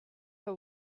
her